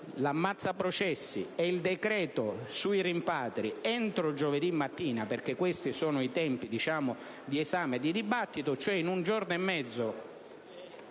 ammazza-processi e il decreto sui rimpatri entro giovedì mattina, perché questi sono i tempi di esame e di dibattito. In un giorno e mezzo,